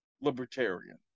libertarian